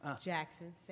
Jackson